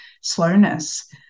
slowness